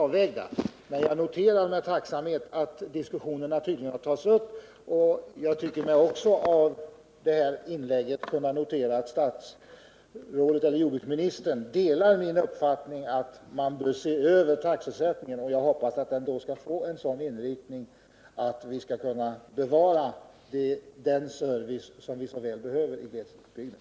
Av de årligen återkommande undersökningar som bl.a. görs i T län framgår att av de sjöar som ej kan stå emot ytterligare surt nedfall är det endast slättsjöarna och ett fåtal vatten på kalkhaltig mark som kan förväntas överleva i ett längre perspektiv. Anser jordbruksministern att det finns skäl att i anledning av nu kända förhållanden beträffande försurningen av mark och sjöar vidtaga extraordinära åtgärder för att komma till rätta med problemen?